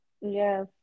Yes